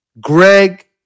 Greg